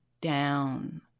down